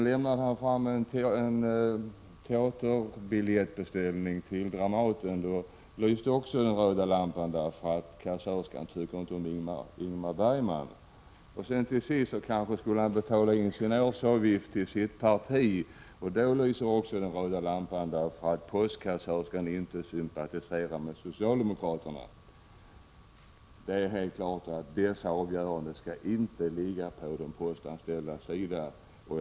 Detsamma skulle ske när han lämnade fram en beställning av teaterbiljetter till Dramaten, därför att kassörskan inte tyckte om Ingmar Bergman. Till sist kanske statsrådet skulle vilja betala in sin årsavgift till partiet, och då skulle också den röda lampan lysa, därför att postkassörskan inte sympatiserade med socialdemokraterna. Det är helt klart att dessa avgöranden inte skall ligga hos de anställda vid posten.